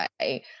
Right